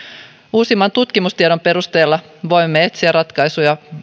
uusimman tutkimustiedon perusteella voimme etsiä ratkaisuja